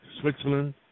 Switzerland